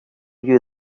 you